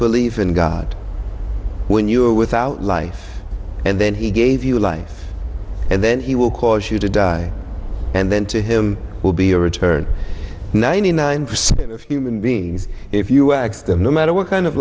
disbelieve in god when you are without life and then he gave you life and then he will cause you to die and then to him will be a return ninety nine percent of human beings if you x them no matter what kind of